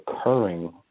occurring